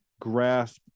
grasp